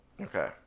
Okay